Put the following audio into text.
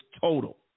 total